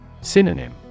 Synonym